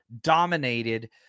dominated